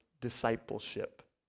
discipleship